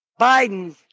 Biden